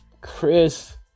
Chris